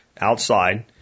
outside